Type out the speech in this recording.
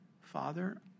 Father